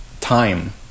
time